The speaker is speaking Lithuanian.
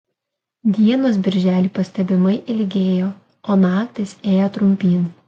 dienos birželį pastebimai ilgėjo o naktys ėjo trumpyn